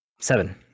Seven